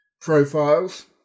profiles